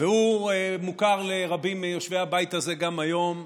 והוא מוכר לרבים מיושבי הבית הזה גם היום,